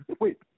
wait